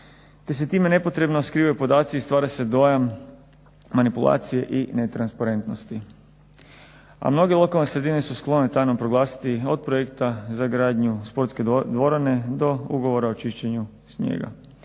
te se time nepotrebno skrivaju podaci i stvara se dojam manipulacije i netransparentnosti. A mnoge lokalne sredine su sklone tajnom proglasiti od projekta za gradnju sportske dvorane do ugovora o čišćenju snijega.